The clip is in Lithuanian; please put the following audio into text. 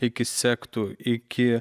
iki sektų iki